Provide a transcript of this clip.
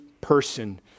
person